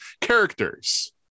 characters